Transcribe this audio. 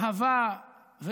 מלאות אהבה ואמונה.